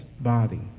body